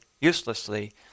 uselessly